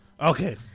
Okay